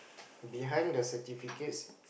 behind the certificate